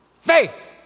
faith